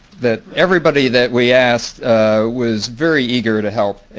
that everybody that we asked was very eager to help